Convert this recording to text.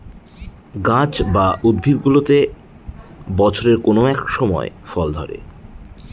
গাছ বা উদ্ভিদগুলোতে বছরের কোনো এক সময় ফল ধরে